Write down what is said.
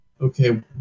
okay